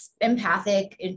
empathic